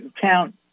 count